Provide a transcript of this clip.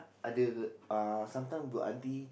other uh sometime got auntie